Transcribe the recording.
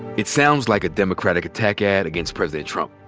it sounds like a democratic attack ad against president trump,